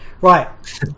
Right